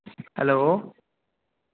hello